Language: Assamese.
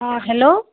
অঁ হেল্ল'